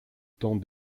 temps